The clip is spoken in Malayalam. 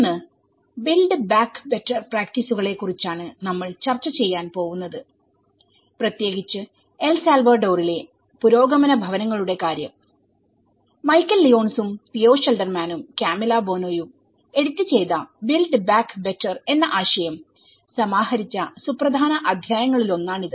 ഇന്ന്ബിൽഡ് ബാക്ക് ബെറ്റർ പ്രാക്ടീസുകളെ കുറിച്ചാണ് നമ്മൾ ചർച്ച ചെയ്യാൻ പോവുന്നത് പ്രത്യേകിച്ച് എൽ സാൽവഡോറിലെ പുരോഗമന ഭവനങ്ങളുടെ കാര്യം മൈക്കൽ ലിയോൺസും തിയോ ഷിൽഡർമാനും കാമിലോ ബോണോയും എഡിറ്റ് ചെയ്ത ബിൽഡ് ബാക്ക് ബെറ്റർ എന്ന ആശയം സമാഹരിച്ച സുപ്രധാന അധ്യായങ്ങളിലൊന്നാണിത്